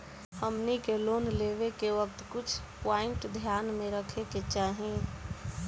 हमनी के लोन लेवे के वक्त कुछ प्वाइंट ध्यान में रखे के चाही